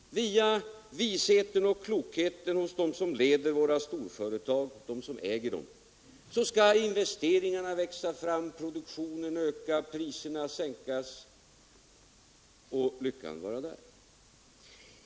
Via visheten och klokheten hos dem som leder våra storföretag och de som äger dem skall investeringarna växa fram, produktionen öka, priserna sänkas och lyckan vara där.